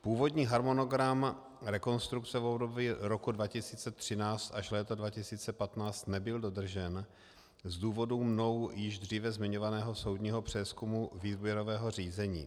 Původní harmonogram rekonstrukce v období roku 2013 až léta 2015 nebyl dodržen z důvodu mnou již dříve zmiňovaného soudního přezkumu výběrového řízení.